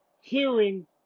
hearing